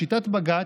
לשיטת בג"ץ,